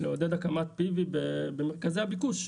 לעודד הקמת PV במרכזי הביקוש,